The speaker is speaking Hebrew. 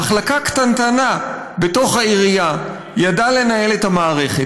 מחלקה קטנטנה בתוך העירייה ידעה לנהל את המערכת,